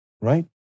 Right